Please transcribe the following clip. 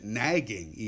nagging